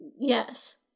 Yes